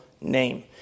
name